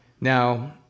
Now